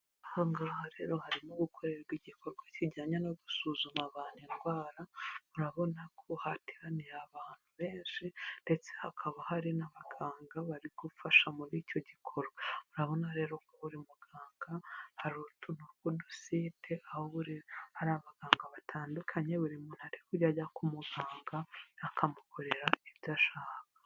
Aha ngaha rero harimo gukorerwa igikorwa kijyanye no gusuzuma abantu indwara, urabona ko hateraniye abantu benshi ndetse hakaba hari n'abaganga bari gufasha muri icyo gikorwa, urabona rero ko buri muganga hari utuntu tw'udusite, aho buri hari abaganga batandukanye, buri muntu ari kujya ajya muganga akamukorera ibyo ashakaga.